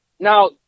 Now